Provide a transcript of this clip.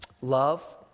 love